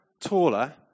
taller